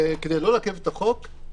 כדי לא לעכב את החוק,